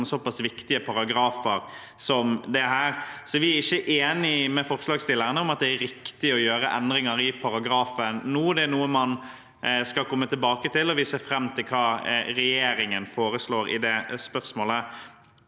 en såpass viktig paragraf som dette. Vi er ikke enig med forslagsstillerne i at det er riktig å gjøre endringer i paragrafen nå. Det er noe man skal komme tilbake til, og vi ser fram til hva regjeringen foreslår her.